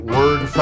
Word